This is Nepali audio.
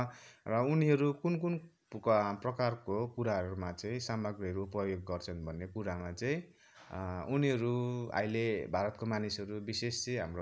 र उनीहरू कुन कुन प प्रकारको कुराहरूमा चाहिँ सामग्रीहरू उपयोग गर्छन् भन्ने कुरामा चाहिँ उनीहरू अहिले भारतका मानिसहरू विशेष चाहिँ हाम्रो भारत